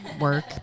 work